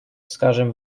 скажем